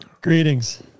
Greetings